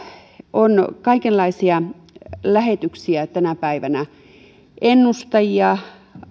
on kaikenlaisia lähetyksiä tänä päivänä ennustajia